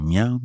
Meow